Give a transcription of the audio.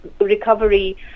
recovery